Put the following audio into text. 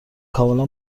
کاملا